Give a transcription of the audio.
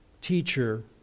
teacher